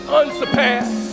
unsurpassed